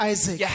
Isaac